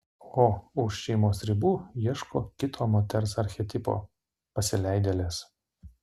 o už šeimos ribų ieško kito moters archetipo pasileidėlės